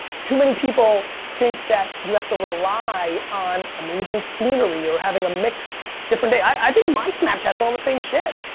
too many people think that you have to rely on amazing scenery or having a mix, a different day. i think my snapchat is all the same shit.